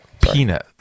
Peanut